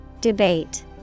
Debate